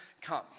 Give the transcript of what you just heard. come